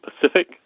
Pacific